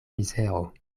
mizero